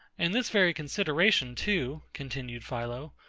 and this very consideration too, continued philo,